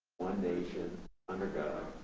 one nation under god,